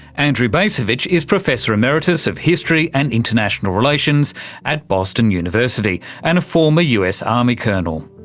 andrew bacevich is professor emeritus of history and international relations at boston university and a former us army colonel.